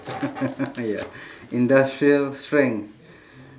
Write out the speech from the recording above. ya industrial strength